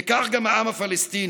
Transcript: וכך גם העם הפלסטיני.